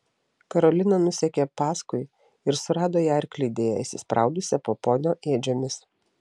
karolina nusekė paskui ir surado ją arklidėje įsispraudusią po ponio ėdžiomis